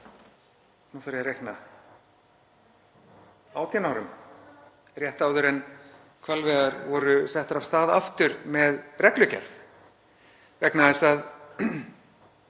nú þarf ég að reikna, 18 árum, rétt áður en hvalveiðar voru settar af stað aftur með reglugerð, vegna þess að